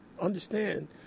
understand